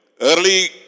Early